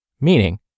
meaning